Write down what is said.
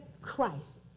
Christ